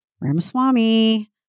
Ramaswamy